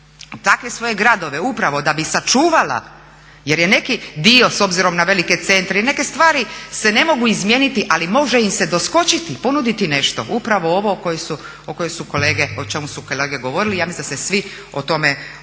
takve svoje gradove upravo da bi sačuvala jer je neki dio s obzirom na velike centre i neke stvari se ne mogu izmijeniti, ali može im se doskočiti, ponuditi nešto. Upravo ovo o čemu su kolege govorili. Ja mislim da se svi oko toga možemo